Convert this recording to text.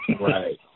Right